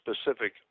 specific